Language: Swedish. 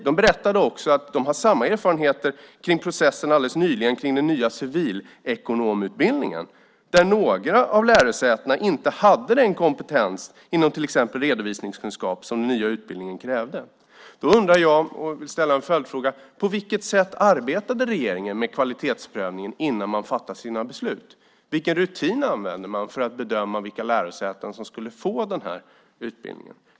De berättade också att de har samma erfarenheter när det gäller processen kring den nya civilekonomutbildningen alldeles nyligen där några av lärosätena inte hade den kompetens inom till exempel redovisningskunskap som den nya utbildningen krävde. Jag vill därför ställa följdfrågan: På vilket sätt arbetade regeringen med kvalitetsprövningen innan man fattade sina beslut? Vilken rutin använde man för att bedöma vilka lärosäten som skulle få den här utbildningen?